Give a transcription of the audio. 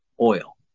oil